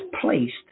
placed